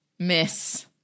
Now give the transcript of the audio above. Miss